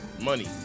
money